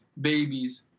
babies